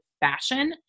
fashion